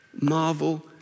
marvel